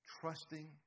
Trusting